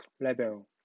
level